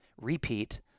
repeat